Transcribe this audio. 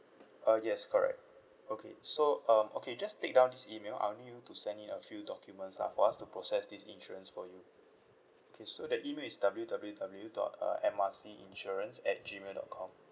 uh yes correct okay so um okay just take down this email I will need you to send in a few documents lah for us to process this insurance for you okay so the email is W W W dot uh M R C insurance at gmail dot com